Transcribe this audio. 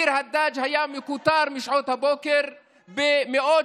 ביר הדאג' היה מכותר משעות הבוקר במאות